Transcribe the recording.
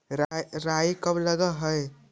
राई कब लग रहे है?